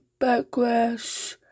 Backlash